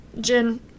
Jin